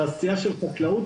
תעשייה של חקלאות,